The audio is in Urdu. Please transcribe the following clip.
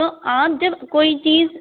تو آپ جب کوئی چیز